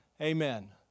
Amen